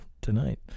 tonight